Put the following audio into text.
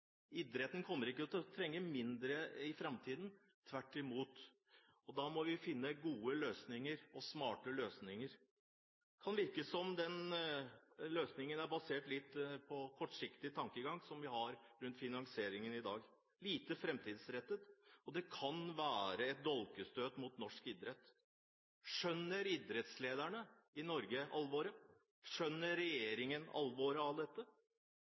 Idretten kommer ikke til å trenge mindre midler i framtiden – tvert imot – og da må vi finne gode og smarte løsninger. Det kan virke som om løsningen rundt finansieringen i dag er basert på en litt kortsiktig tankegang. Den er lite framtidsrettet, og det kan være et dolkestøt mot norsk idrett. Skjønner idrettslederne i Norge alvoret? Skjønner regjeringen alvoret i dette?